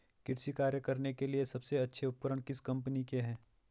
कृषि कार्य करने के लिए सबसे अच्छे उपकरण किस कंपनी के हैं?